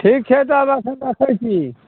ठीक छै तऽ रौशन रखैत छी